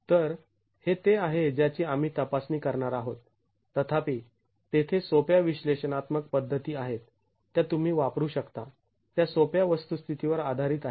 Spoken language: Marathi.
तर हे ते आहे ज्याची आम्ही तपासणी करणार आहोत तथापि तेथे सोप्या विश्लेषणात्मक पद्धती आहेत त्या तुम्ही वापरू शकता त्या सोप्या वस्तुस्थितीवर आधारित आहेत